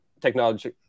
technology